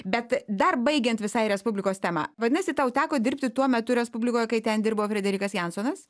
bet dar baigiant visai respublikos temą vadinasi tau teko dirbti tuo metu respublikoje kai ten dirbo frederikas jansonas